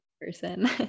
person